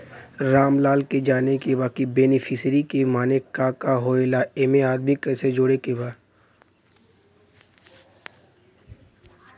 रामलाल के जाने के बा की बेनिफिसरी के माने का का होए ला एमे आदमी कैसे जोड़े के बा?